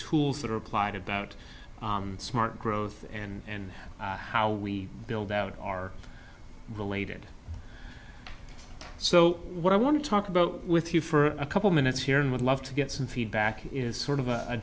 tools that are applied about smart growth in how we build out are related so what i want to talk about with you for a couple minutes here and would love to get some feedback is sort of a